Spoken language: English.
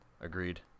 Agreed